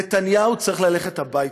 נתניהו צריך ללכת הביתה.